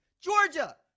Georgia